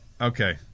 Okay